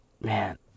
Man